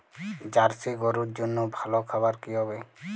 Jersey গরুর জন্য ভালো খাবার কি হবে?